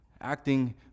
Acting